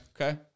Okay